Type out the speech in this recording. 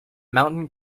mountain